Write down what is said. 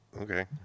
okay